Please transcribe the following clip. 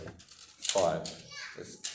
five